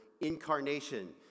incarnation